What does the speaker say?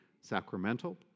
sacramental